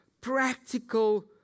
practical